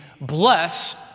bless